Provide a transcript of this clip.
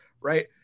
right